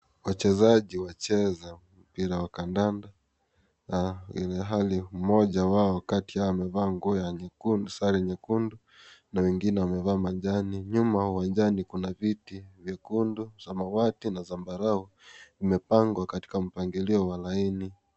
Wachezaji wacheza mpira wa kandanda. Na ilhali mmoja wao kati yao amevaa nguo ya nyekundu ,sare nyekundu na wengine wamevaa majani. Nyuma uwanjani kuna viti vyekundu, samawati, na zambarau, vimepangwa katika mpangilio wa laini.